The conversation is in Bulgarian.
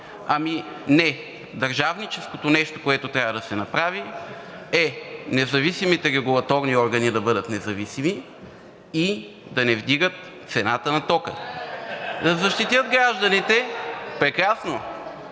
Не, държавническото нещо, което трябва да се направи, е независимите регулаторни органи да бъдат независими и да не вдигат цената на тока, да защитят гражданите.